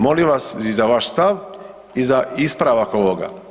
Molim vas i za vaš stav i za ispravak ovoga.